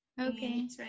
okay